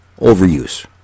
Overuse